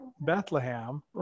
Bethlehem